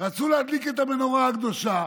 רצו להדליק את המנורה הקדושה,